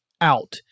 out